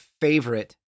favorite